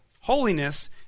holiness